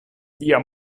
via